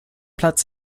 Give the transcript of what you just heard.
platz